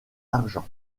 argent